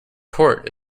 port